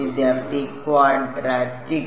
വിദ്യാർത്ഥി ക്വാഡ്രാറ്റിക്